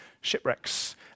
shipwrecks